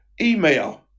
email